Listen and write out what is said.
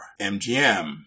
MGM